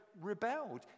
rebelled